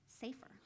safer